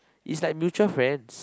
is like mutual friends